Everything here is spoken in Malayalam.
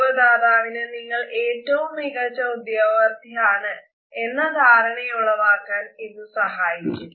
ഉദ്യോഗദാതാവിന് നിങ്ങൾ ഏറ്റവും മികച്ച ഉദ്യോഗാർഥിയാണ് എന്ന ധാരണയുളവാക്കാൻ ഇത് സഹായിക്കും